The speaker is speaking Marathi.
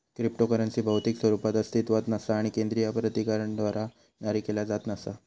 क्रिप्टोकरन्सी भौतिक स्वरूपात अस्तित्वात नसा आणि केंद्रीय प्राधिकरणाद्वारा जारी केला जात नसा